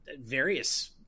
various